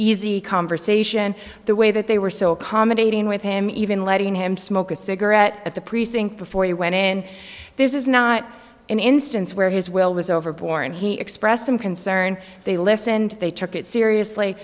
easy conversation the way that they were so accommodating with him even letting him smoke a cigarette at the precinct before he went in this is not an instance where his will was over born he expressed some concern they listened they took it seriously